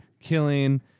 Killing